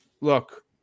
look